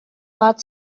part